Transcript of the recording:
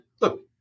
look